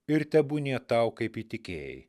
ir tebūnie tau kaip įtikėjai